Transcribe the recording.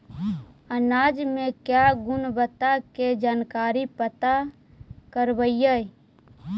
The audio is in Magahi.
अनाज मे क्या गुणवत्ता के जानकारी पता करबाय?